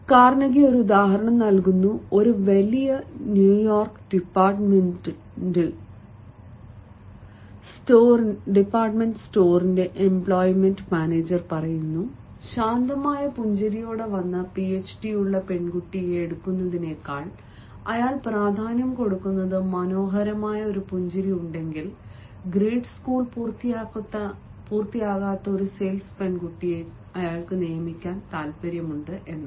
Carnegie ഒരു ഉദാഹരണം നൽകുന്നു ഒരു വലിയ ന്യൂയോർക്ക് ഡിപ്പാർട്ട്മെന്റൽ സ്റ്റോറിന്റെ എംപ്ലോയ്മെന്റ് മാനേജർ പറയുന്നു ശാന്തമായ പുഞ്ചിരിയോടെ വന്ന പിഎച്ച്ഡിയുള്ള പെൺകുട്ടിയെ എടുക്കുന്നതിനേക്കാൾ അയാൾ പ്രാധാന്യം കൊടുക്കുന്നത് മനോഹരമായ ഒരു പുഞ്ചിരി ഉണ്ടെങ്കിൽ ഗ്രേഡ് സ്കൂൾ പൂർത്തിയാക്കാത്ത ഒരു സെയിൽസ് പെൺകുട്ടിയെ അയാൾ നിയമിക്കും